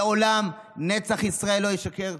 לעולם נצח ישראל לא ישקר,